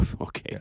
Okay